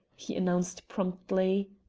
he announced promptly.